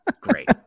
Great